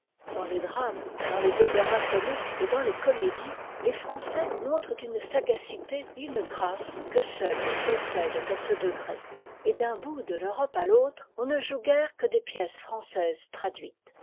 dans les drames dans les opéras comiques et dans les comédies lés français montrent une sagacité et une grâce que seuls ils possèdent à ce degré et d'un bout de l'europe à l'autre on ne joue guère que des pièces françaises traduites